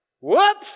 whoops